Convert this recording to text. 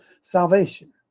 salvation